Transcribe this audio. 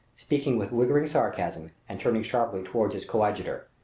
speaking with withering sarcasm and turning sharply toward his coadjutor.